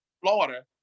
Florida